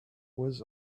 was